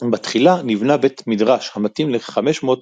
בתחילה נבנה בית מדרש המתאים לכ-500 בחורים.